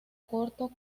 corto